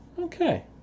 okay